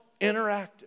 interactive